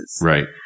Right